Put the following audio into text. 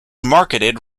marketed